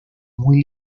muy